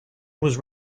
was